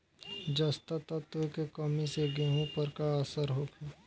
जस्ता तत्व के कमी से गेंहू पर का असर होखे?